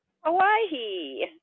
Hawaii